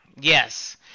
Yes